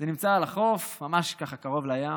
זה נמצא על החוף, ממש קרוב לים.